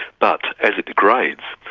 but as it degrades,